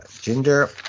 Ginger